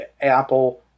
Apple